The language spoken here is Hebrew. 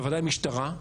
בוודאי משטרה,